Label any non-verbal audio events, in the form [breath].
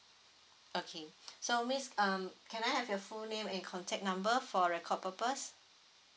okay [breath] so miss um can I have your full name and contact number for record purpose